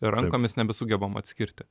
rankomis nebesugebam atskirti